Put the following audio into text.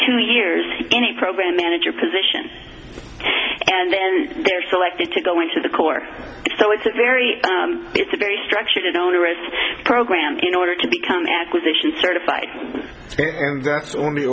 two years in a program manager position and then they're selected to go into the corps so it's a very it's a very structured and onerous program in order to become acquisition certified